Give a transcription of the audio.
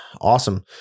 awesome